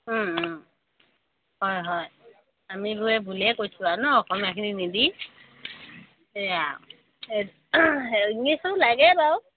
হয় হয় আমিবোৰে ভুলেই কৰিছোঁ আৰু ন অসমীয়াখিনি নিদি সেয়া ইংলিছো লাগে বাৰু